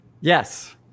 Yes